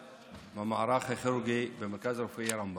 כבוד יושב-ראש הישיבה, חבריי חברי הכנסת,